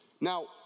Now